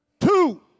Two